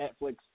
Netflix